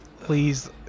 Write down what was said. Please